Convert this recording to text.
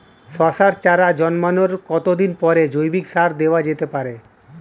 শশার চারা জন্মানোর কতদিন পরে জৈবিক সার দেওয়া যেতে পারে?